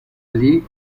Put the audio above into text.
allí